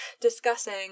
discussing